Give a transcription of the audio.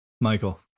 Michael